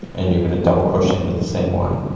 and you're gonna double crochet into the same one.